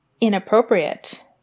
inappropriate